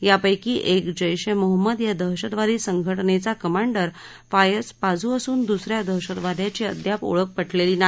यापैकी एक जैश ए मोहम्मद या दहशतवादी संघजिचा कमांडर फायझ पाझू असून दुस या दहशतवाद्याची अद्याप ओळख प झैली नाही